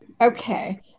okay